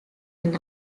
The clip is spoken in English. and